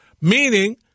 Meaning